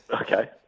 Okay